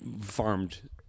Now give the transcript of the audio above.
farmed